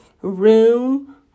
room